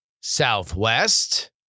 Southwest